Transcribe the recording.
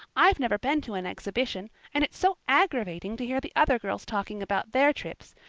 i've never been to an exhibition, and it's so aggravating to hear the other girls talking about their trips.